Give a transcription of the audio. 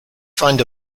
find